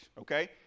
Okay